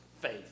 faith